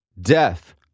death